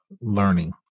learning